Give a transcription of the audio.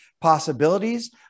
possibilities